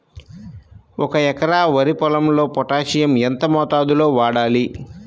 ఒక ఎకరా వరి పొలంలో పోటాషియం ఎంత మోతాదులో వాడాలి?